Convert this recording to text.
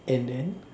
and then